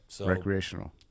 recreational